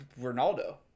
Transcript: Ronaldo